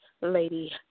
Lady